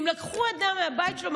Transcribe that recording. אם לקחו אדם מהבית שלו,